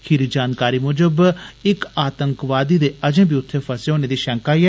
खीरी जानकारी मुजब इक आतंकवादी दे अजें बी उत्थे फसे होने दी षैंका ऐ